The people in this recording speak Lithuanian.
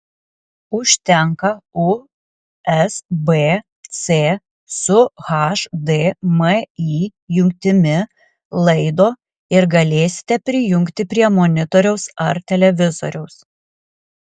užtenka usb c su hdmi jungtimi laido ir galėsite prijungti prie monitoriaus ar televizoriaus